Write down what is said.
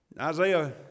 Isaiah